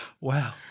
Wow